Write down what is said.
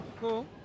cool